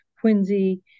Quincy